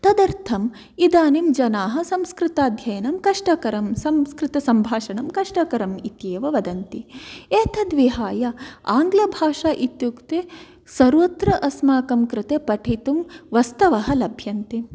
तदर्थम् इदानीं जनाः संस्कृताध्ययनं कष्टकरं संस्कृतसम्भाषणं कष्टकरम् इत्येव वदन्ति एतद् विहाय आङ्ग्लभाषा इत्युक्ते सर्वत्र अस्माकं कृते पठितुं वस्तवः लभ्यन्ते